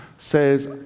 says